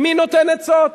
מי נותן עצות?